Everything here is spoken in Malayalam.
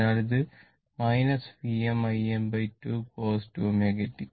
അതിനാൽ ഇത് Vm Im2 cos 2 ω t